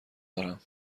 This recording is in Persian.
دارم